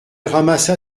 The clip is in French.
ramassa